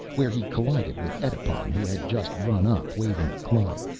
where he collided with edipon who had just run up waving a club.